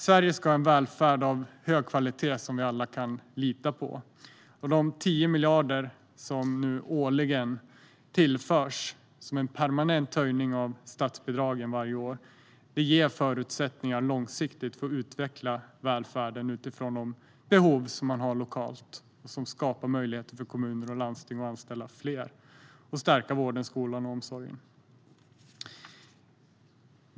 Sverige ska ha välfärd av hög kvalitet som vi alla kan lita på, och de 10 miljarder årligen som nu tillförs som en permanent höjning av statsbidragen ger förutsättningar att långsiktigt utveckla välfärden utifrån de behov som man har lokalt. Det skapar möjligheter för kommuner och landsting att anställa fler och stärka vården, skolan och omsorgen.